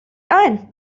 ein